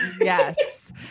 Yes